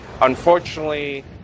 unfortunately